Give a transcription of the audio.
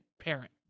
Parent